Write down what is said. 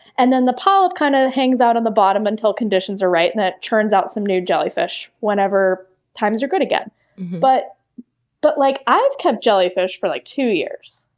and then the polyp kind of hangs out on the bottom until conditions are right, and then turns out some new jellyfish whenever times are good again. but but like i've kept jellyfish for, like, two years.